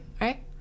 right